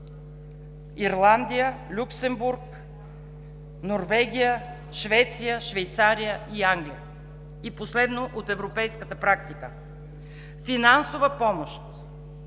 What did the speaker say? Ирландия, Люксембург, Норвегия, Швеция, Швейцария и Англия. И последно, от европейската практика – финансова помощ